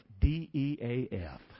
D-E-A-F